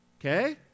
Okay